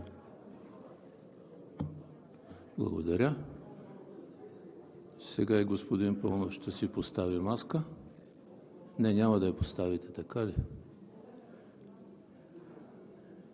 Благодаря. Сега и господин Паунов ще си постави маска. Не, няма да я поставите, така ли?